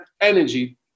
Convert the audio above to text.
energy